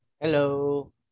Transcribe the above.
Hello